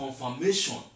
confirmation